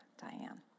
Diane